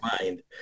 mind